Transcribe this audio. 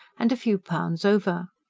and a few pounds over.